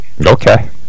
Okay